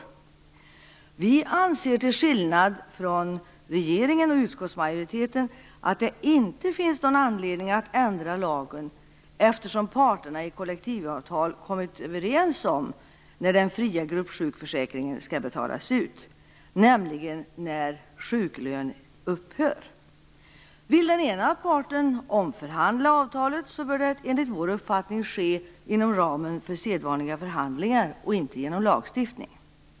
Vi anser, till skillnad från regeringen och utskottsmajoriteten, att det inte finns någon anledning att ändra lagen, eftersom parterna i kollektivavtal kommit överens om när den fria gruppsjukförsäkringen skall betalas ut, nämligen när sjuklönen upphör. Vill den ena parten omförhandla avtalet bör det, enligt vår uppfattning, ske inom ramen för sedvanliga förhandlingar och inte genom lagstiftning.